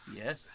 yes